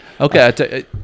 Okay